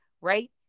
Right